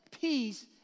peace